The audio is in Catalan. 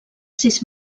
sis